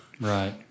right